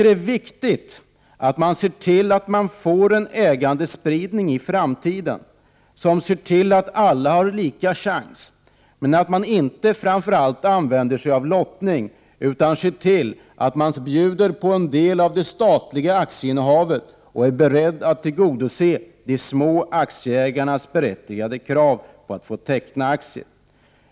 Det är viktigt att se till att få till stånd ägandespridning i framtiden som ger alla lika chans. Framför allt skall man inte använda sig av lottning utan bjuda på en del av det statliga aktieinnehavet och vara beredd att tillgodose de små aktieägarnas berättigade krav att få teckna aktier.